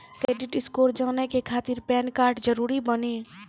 Credit score जाने के खातिर पैन कार्ड जरूरी बानी?